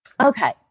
Okay